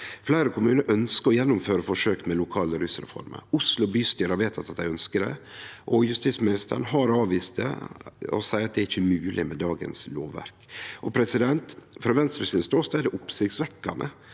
Fleire kommunar ønskjer å gjennomføre forsøk med lokale rusreformer. Oslo bystyre har vedteke at dei ønskjer det. Justisministeren har avvist det og seier at det ikkje er mogleg med dagens lovverk. Frå Venstre sin ståstad er det oppsiktsvekkjande